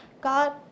God